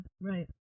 right